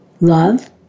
Love